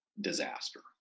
disaster